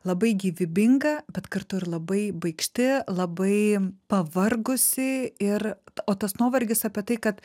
labai gyvybinga bet kartu ir labai baikšti labai pavargusi ir o tas nuovargis apie tai kad